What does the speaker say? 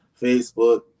Facebook